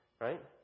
Right